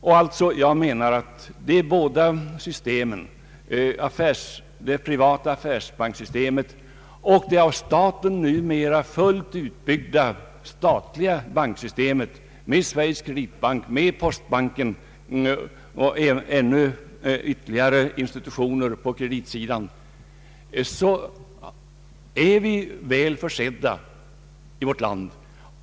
Enligt min mening är vi med de båda systemen — de privata affärsbankerna och det av staten numera fullt utbyggda statliga banksystemet med Sveriges kreditbank, postbanken och ytterligare institutioner — väl försedda i vårt land.